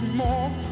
more